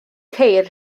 ceir